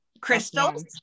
crystals